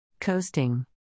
Coasting